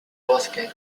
bosque